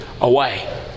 away